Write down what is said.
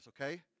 okay